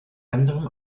anderem